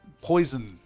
Poison